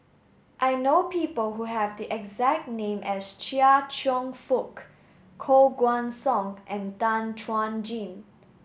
I know people who have the exact name as Chia Cheong Fook Koh Guan Song and Tan Chuan Jin